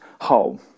hole